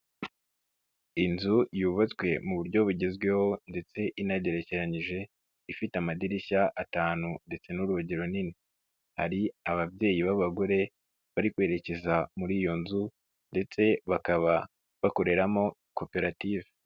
Inzu yubatswe mu buryo bugezweho ndetse inagerekeranyije, ifite amadirishya atanu ndetse n'urugero runini, hari ababyeyi b'abagore bari kwerekeza muri iyo nzu ndetse bakaba bakoreramo koperative.